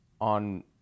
on